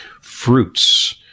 fruits